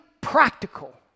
practical